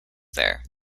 there